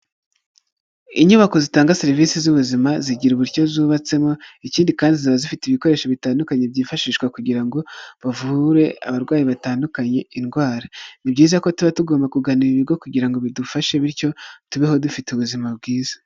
Inyubako zitanga serivisi z'ubuzima, zigira uburyo zubatsemo, ikindi kandi ziba zifite ibikoresho bitandukanye, byifashishwa kugira ngo bavure abarwayi batandukanye indwara, ni byiza ko tuba tugomba kugana ibigo kugira ngo bidufashe, bityo tubeho dufite ubuzima bwiza.